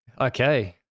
Okay